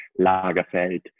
lagerfeld